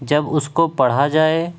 جب اس کو پڑھا جائے